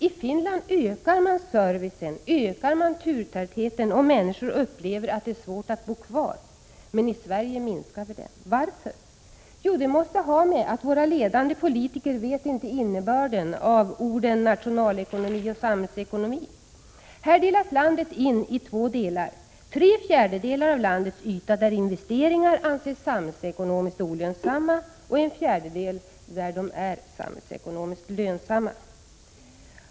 I Finland ökar man servicen och turtätheten, om människorna upplever att det är svårt att bo kvar. Men i Sverige minskar vi den! Varför? Jo, det måste ha att göra med att våra ledande politiker inte vet innebörden av orden nationalekonomi och samhällsekonomi. Här delas landet in i två delar, tre fjärdedelar av landets yta där investeringar anses samhällsekonomiskt olönsamma och en fjärdedel där de är samhällsekonomiskt lönsamma.